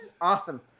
awesome